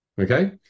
Okay